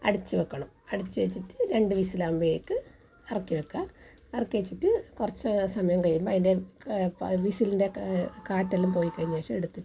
അടച്ച് വെക്കണം അടച്ച് വെച്ചിട്ട് രണ്ട് വിസിൽ ആകുമ്പോഴേക്ക് ഇറക്കി വെക്കുക ഇറക്കി വെച്ചിട്ട് കുറച്ച് സമയം കഴിയുമ്പോൾ അതിൻ്റെ വിസിലിൻ്റെ കാറ്റെല്ലാം പോയി കഴിഞ്ഞ ശേഷം എടുത്തിട്ട്